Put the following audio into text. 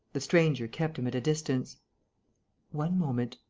the stranger kept him at a distance one moment.